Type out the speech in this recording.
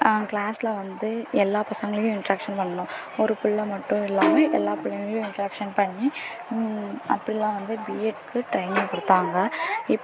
கிளாஸில் வந்து எல்லா பசங்களையும் இண்ட்ராக்ஷன் பண்ணணும் ஒரு பிள்ள மட்டும் இல்லாமல் எல்லா பிள்ளைங்களையும் இண்ட்ராக்ஷன் பண்ணி அப்படிலாம் வந்து பிஎட்க்கு ட்ரைனிங் கொடுத்தாங்க